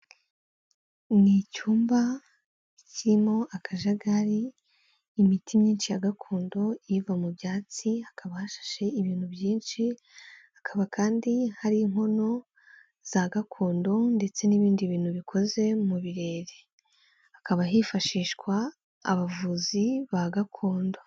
Ni icyumba kirimo akajagari, imiti myinshi ya gakondo iva mu byatsi, hakaba hashashe ibintu byinshi, hakaba kandi hari inkono za gakondo ndetse n'ibindi bintu bikoze mu birere, hakaba hifashishwa abavuzi ba gakondo.